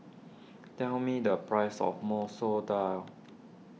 tell me the price of Masoor Dal